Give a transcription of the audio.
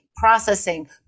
processing